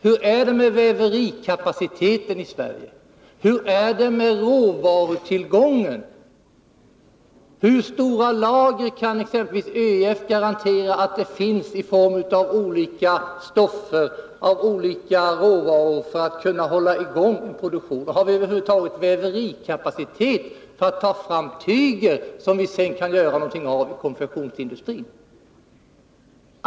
Hur är det med väverikapaciteten och råvarutillgången i Sverige? Hur stora lager kan exempelvis ÖEF garantera att det finns av olika stoffer och råvaror för att man skall kunna hålla produktionen i gång? Har vi över huvud taget väverikapacitet för att ta fram tyger som vi sedan kan göra något avikonfektionsindustrin?